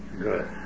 Good